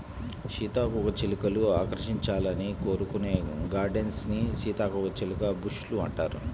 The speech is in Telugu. సీతాకోకచిలుకలు ఆకర్షించాలని కోరుకునే గార్డెన్స్ ని సీతాకోకచిలుక బుష్ లు అంటారు